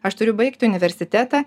aš turiu baigti universitetą